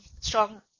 strong